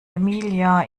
emilia